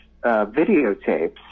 videotapes